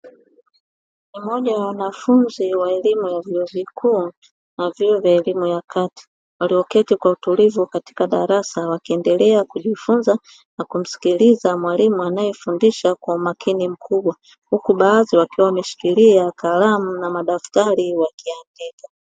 Mmoja ya wanafunzi wa vyuo vikuu na vyuo vya elimu ya kati, walioketi kwa utulivu katika darasa wakiendelea kujifunza na kumsikiliza mwalimu anayefundisha kwa umakini mkubwa, huku baadhi wakiwa wameshikilia kalamu na madaftari wakiandika.